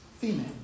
female